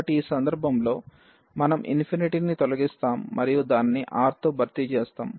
కాబట్టి ఈ సందర్భంలో మనం ని తొలగిస్తాం మరియు దానిని R తో భర్తీ చేస్తాం